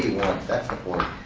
that's important.